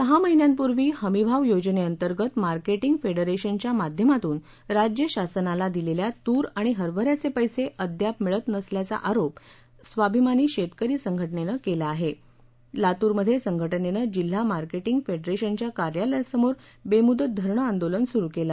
सहा महिन्यांपूर्वी हमीभाव योजनेअंतर्गत मार्केटिंग फेडरेशनच्या माध्यमातून राज्य शासनाला दिलेल्या तूर आणि हरभऱ्याचे पैसे अद्याप मिळत नसल्याचा आरोप करत स्वाभिमानी शेतकरी संघटनेनं आजपासून लातूरमधे जिल्हा मार्केटिंग फेडरेशनच्या कार्यालयासमोर बेमृदत धरणं आंदोलन सुरू केलं